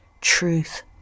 truth